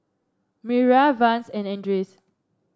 Mariyah Vance and Andres